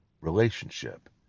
relationship